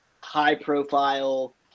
high-profile